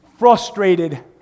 Frustrated